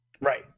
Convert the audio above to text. Right